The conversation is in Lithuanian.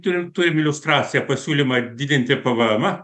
turim turim iliustraciją pasiūlymą didinti pėvėemą